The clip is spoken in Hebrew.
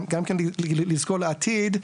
גם לזכור לעתיד,